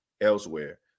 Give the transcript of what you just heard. elsewhere